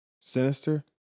Sinister